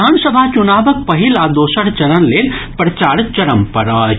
विधानसभा चुनावक पहिल आ दोसर चरण लेल प्रचार चरम पर अछि